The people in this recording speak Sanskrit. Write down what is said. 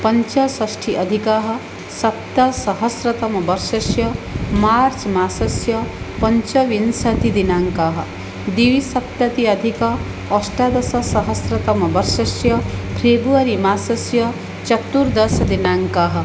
पञ्चषष्टि अधिक सप्त सहस्रतमवर्षस्य मार्च् मासस्य पञ्चविंशतिः दिनाङ्कः द्विसप्तति अधिक अष्टादश सहस्रतमवर्षं फ़ेबुवरि मासस्य चतुर्दशदिनाङ्कः